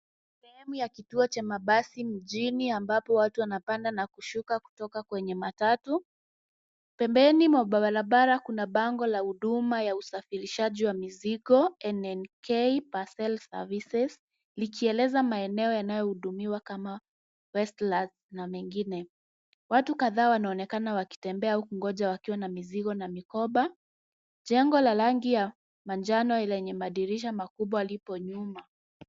Sehemu ya kituo cha mabasi mjini ambapo watu wanapanda na kushuka kutoka kwenye matatu. Pembeni mwa barabara kuna bango la huduma ya usafirishaji wa mizigo NNK Parcels Services, likieleza maeneo yanayo hudumiwa kama WestLands na mengine. Watu kadhaa wanaonekana wakitembea au kungoja wakiwa na mizigo na mikoba. Jengo la rangi ya manjano lenye madirisha makubwa liko nyuma.